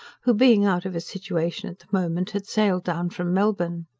who, being out of a situation at the moment, had sailed down from melbourne.